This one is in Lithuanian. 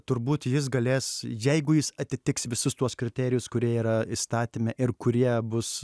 turbūt jis galės jeigu jis atitiks visus tuos kriterijus kurie yra įstatyme ir kurie bus